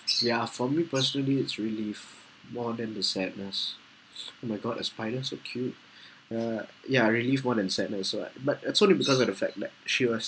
ya for me personally it's relief more than the sadness oh my god a spider so cute uh ya relief more than sadness so like but uh solely because of the fact that she was